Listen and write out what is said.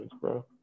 bro